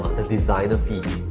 the designer fee,